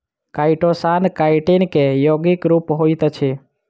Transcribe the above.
chitosan chitin के यौगिक रूप होइत अछि